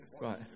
right